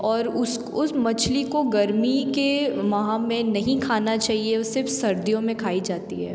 और उस उस मछली को गर्मी के माह में नहीं खाना चाहिए वह सिर्फ़ सर्दियों में खाई जाती है